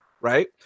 right